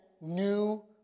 new